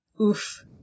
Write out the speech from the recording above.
oof